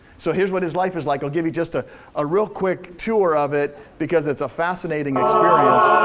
so here's what his life is like. i'll give you just ah a real quick tour of it, because it's a fascinating experience.